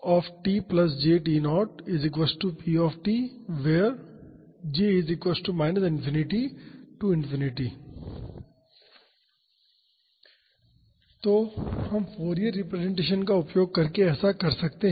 p तो हम Fourier representation का उपयोग करके ऐसा कर सकते हैं